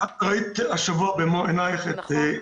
את ראית השבוע במו עינייך --- נכון.